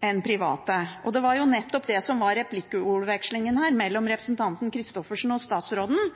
enn private. Det var nettopp det som var replikkordvekslingen her mellom representanten Christoffersen og statsråden,